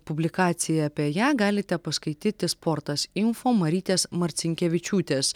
publikaciją apie ją galite paskaityti sportas info marytės marcinkevičiūtės